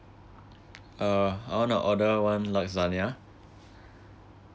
uh I want to order one lasagna